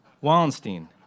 Wallenstein